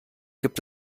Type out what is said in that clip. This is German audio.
gibt